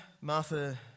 Martha